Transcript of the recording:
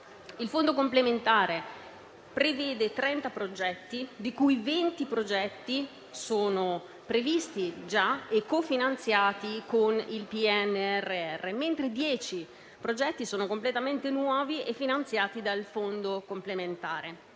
Il Fondo complementare prevede 30 progetti, di cui 20 sono già previsti e cofinanziati con il PNRR, mentre 10 progetti sono completamente nuovi e finanziati dal Fondo complementare.